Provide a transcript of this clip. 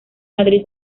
madrid